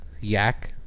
Yak